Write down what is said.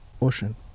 ocean